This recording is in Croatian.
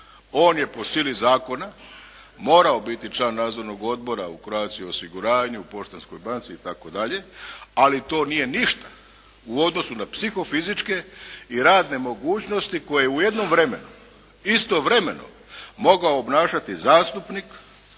On je po sili zakona morao biti član Nadzornog odbora u Croatia osiguranju, u Poštanskoj banci i tako dalje, ali to nije ništa u odnosu na psihofizičke i radne mogućnosti koje u jednom vremenu istovremeno mogao obnašati zastupnik,